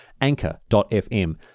anchor.fm